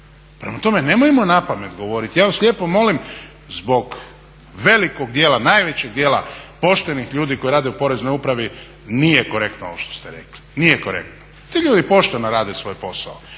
Prema tome, nemojmo na pamet govoriti. Ja vas lijepo molim zbog velikog dijela, najvećeg dijela poštenih ljudi koji rade u Poreznoj upravi nije korektno ovo što ste rekli, nije korektno. Ti ljudi pošteno rade svoj posao.